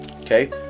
Okay